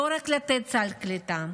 לא רק לתת סל קליטה,